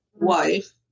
wife